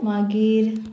मागीर